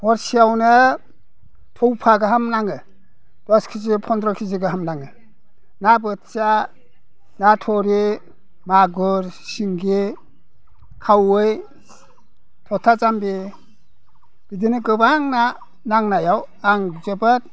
हरसेयावनो थौफा गाहाम नाङो दस केजि पन्द्र' केजि गाहाम नाङो ना बोथिया ना थुरि मागुर सिंगि खावै थथा जाम्बि बिदिनो गोबां ना नांनायाव आं जोबोद